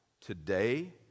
today